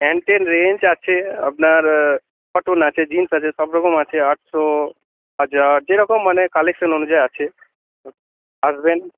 প্যান্টের রেঞ্জ আছে আপনার কটন আছে জিন্স আছে সব রকম আছে আটশো হাজার যেরকম মানে কালেকশান অনুযায়ী আছে আসবেন